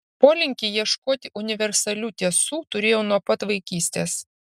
polinkį ieškoti universalių tiesų turėjau nuo pat vaikystės